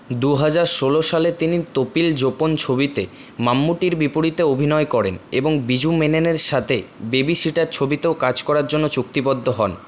দু হাজার ষোলো সালে তিনি তোপিল জোপন ছবিতে মাম্মুট্টির বিপরীতে অভিনয় করেন এবং বিজু মেননের সাথে বেবি সিটার ছবিতেও কাজ করার জন্য চুক্তিবদ্ধ হন